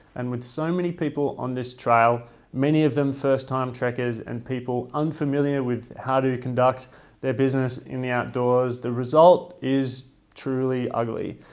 and with so many people on this trail many of them first time trekkers and people unfamiliar with how to conduct their business in the outdoors the result is truly ugly.